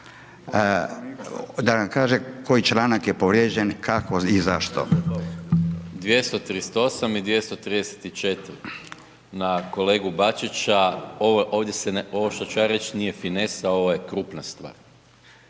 da nam kaže koji članak je povrijeđen, kako i zašto. **Maras, Gordan (SDP)** 238. i 234. na kolegu Bačića, ovo što ću ja reći nije finesa ovo je krupna stvar.